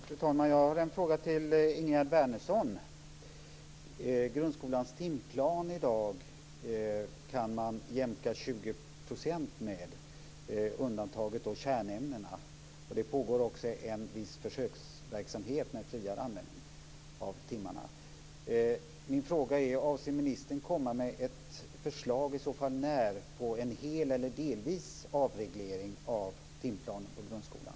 Fru talman! Jag har en fråga till Ingegerd Wärnersson. Grundskolans timplan kan man i dag jämka med 20 %, undantaget kärnämnena. Det pågår också en viss försöksverksamhet med en friare användning av timmarna. Min fråga är: Avser ministern att komma med ett förslag, och i så fall när, på en hel eller delvis avreglering av timplanen på grundskolan?